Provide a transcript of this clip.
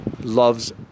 loves